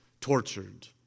tortured